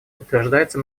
подтверждается